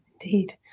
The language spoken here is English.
Indeed